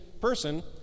person